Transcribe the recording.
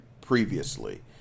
previously